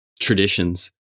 traditions